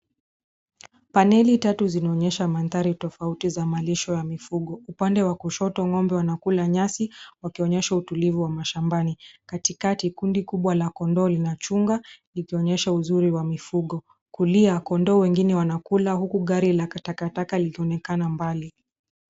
Paneli tatu zinaonyesha mandhari tofauti za malisho ya mifugo. Upande wa kushoto, ngombe wanakula nyasi wakionyesha utulivu wa mashambani. Katikati, kundi kubwa la kondoo linachunga likionyesha uzuri wa mifugo. Kulia, kondoo wengine wanakula huku gari la takataka likionekana mbali.